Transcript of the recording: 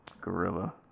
Gorilla